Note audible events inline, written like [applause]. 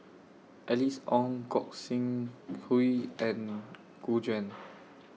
Alice Ong Gog Sing Hooi and Gu Juan [noise]